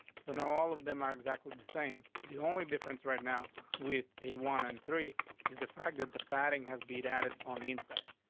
so no, all of them are exactly the same. the only difference right now with a one and three is the fact that the padding has beat added on inside.